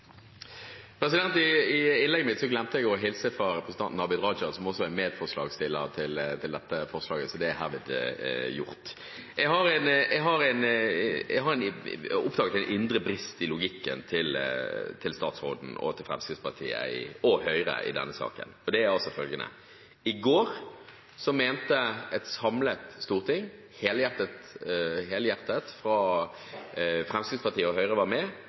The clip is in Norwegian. I innlegget mitt glemte jeg å hilse fra representanten Abid Q. Raja, som også er medforslagsstiller i dette forslaget, så det er herved gjort. Jeg har oppdaget en indre brist i logikken hos statsråden, Fremskrittspartiet og Høyre i denne saken, og det er følgende: I går mente et samlet storting helhjertet – Fremskrittspartiet og Høyre var med